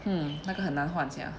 hmm 那个很难换 sia